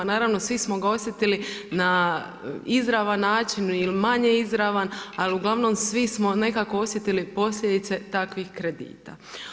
Naravno svi smo ga osjetili na izravan način ili manje izravan, ali uglavnom svi smo nekako osjetili posljedice takvih kredita.